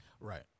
Right